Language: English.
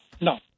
No